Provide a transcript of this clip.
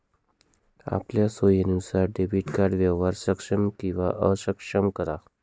आपलया सोयीनुसार debit card व्यवहार सक्षम किंवा अक्षम करा